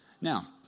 Now